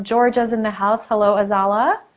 georgia's in the house. hello, az-ala.